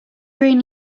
green